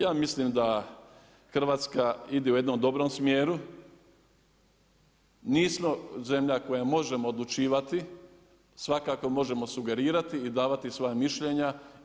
Ja mislim da Hrvatska ide u jednom dobrom smjeru, nismo zemlja koja možemo odlučivati, svakako možemo sugerirati i davati svoja mišljenja.